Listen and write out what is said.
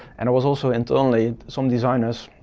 and it was also internally, some designers,